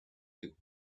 too